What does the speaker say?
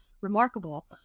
remarkable